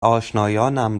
آشنایانم